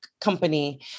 company